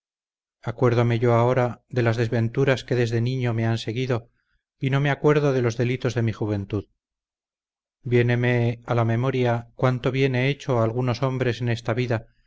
acuérdome yo ahora de las desventuras que desde niño me han seguido y no me acuerdo de los delitos de mi juventud viéneme a la memoria cuanto bien he hecho a algunos hombres en esta vida